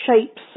shapes